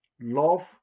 love